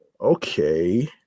okay